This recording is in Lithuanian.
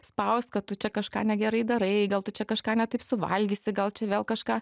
spaust kad tu čia kažką negerai darai gal tu čia kažką ne taip suvalgysi gal čia vėl kažką